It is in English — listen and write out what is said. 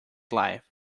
life